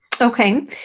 Okay